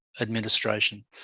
administration